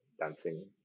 dancing